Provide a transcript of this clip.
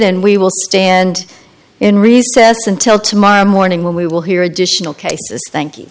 n we will stand in recess until tomorrow morning when we will hear additional cases thank you